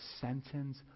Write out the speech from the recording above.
sentence